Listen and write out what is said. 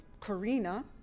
Karina